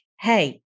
hey